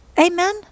Amen